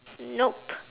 nope